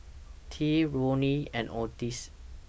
Tea Ronnie and Odis